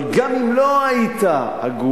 אבל גם אם לא היית הגון,